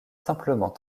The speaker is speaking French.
simplement